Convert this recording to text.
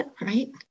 Right